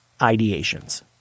ideations